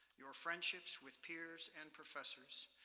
your friendships with peers and professors,